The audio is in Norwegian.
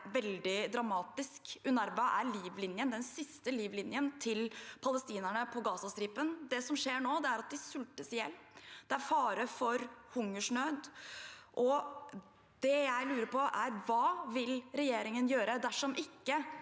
veldig dramatisk. UNRWA er den siste livlinen til palestinerne på Gazastripen. Det som skjer nå, er at de sultes i hjel. Det er fare for hungersnød. Det jeg lurer på, er: Hva vil regjeringen gjøre dersom man